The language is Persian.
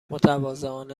متواضعانه